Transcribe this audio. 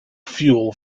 fuel